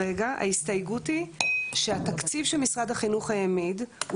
ההסתייגות היא שהתקציב שמשרד החינוך העמיד הוא